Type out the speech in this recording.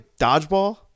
dodgeball